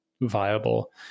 viable